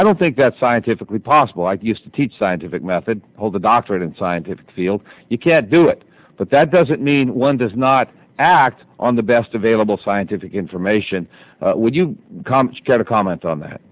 i don't think that's scientifically possible i used to teach scientific method hold a doctorate in scientific field you can't do it but that doesn't mean one does not act on the best available scientific information would you get a comment on that